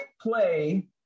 play